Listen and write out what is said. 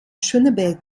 schöneberg